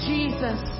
Jesus